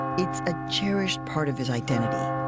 it's a cherished part of his identity.